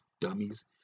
Dummies